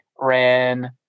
ran